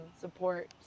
support